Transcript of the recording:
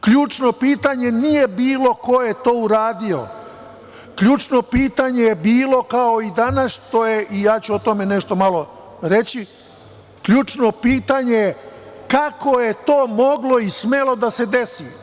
Ključno pitanje nije bilo ko je to uradio, ključno pitanje je bilo kao i danas što je to, i ja ću o tome nešto malo reći, ključno pitanje je kako je to moglo i smelo da se desi?